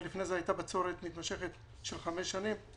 אבל לפני זה הייתה בצורת מתמשכת של חמש שנים.